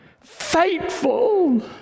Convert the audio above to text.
faithful